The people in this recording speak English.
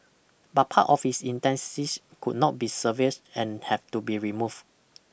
but part of his intestines could not be salvaged and have to be removed